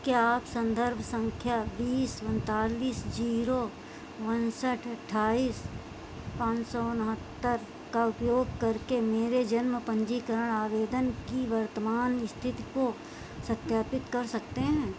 क्या आप संदर्भ संख्या बीस उनतालीस जीरो उनसठ अट्ठाईस पाँच सौ उनहत्तर का उपयोग करके मेरे जन्म पंजीकरण आवेदन की वर्तमान स्थिति को सत्यापित कर सकते हैं